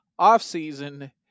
offseason